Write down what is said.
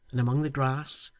and among the grass,